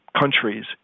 countries